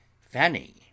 fanny